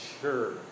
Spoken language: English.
Sure